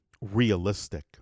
realistic